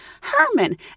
Herman